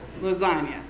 lasagna